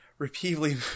repeatedly